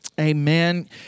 Amen